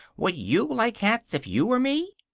would you like cats if you were me?